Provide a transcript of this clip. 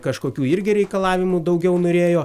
kažkokių irgi reikalavimų daugiau norėjo